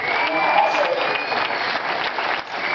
and then i'll also import from react.